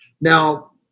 Now